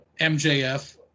MJF